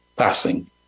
passing